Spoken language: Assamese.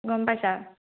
গম পাইছা